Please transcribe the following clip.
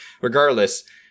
regardless